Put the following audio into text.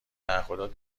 تعهدات